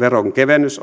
veronkevennys